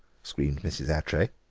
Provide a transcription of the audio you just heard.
screamed mrs. attray.